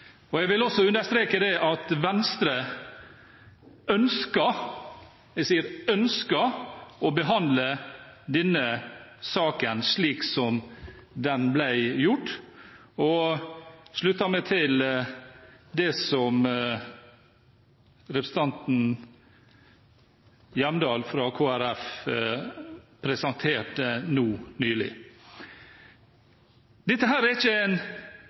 på. Jeg vil også understreke at Venstre ønsket – jeg sier ønsket – å behandle denne saken slik som det ble gjort, og slutter meg til det som representanten Hjemdal fra Kristelig Folkeparti presenterte nå nylig. Dette er ikke en